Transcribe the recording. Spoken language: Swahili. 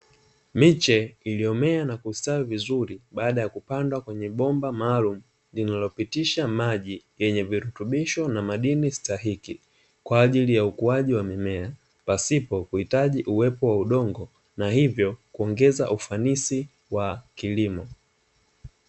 Miche iliyomea na kustawi vizuri baada ya kupandwa kwenye bomba maalum linalopitisha maji yenye virutubisho na madini stahiki, kwa ajili ya ukuaji wa mimea pasipo kuhitaji uwepo wa udongo na hivyo kuongeza ufanisi wa kilimo.